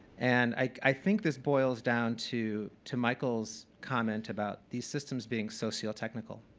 and i think this boils down to to michael's comment about these systems being sociotechnical.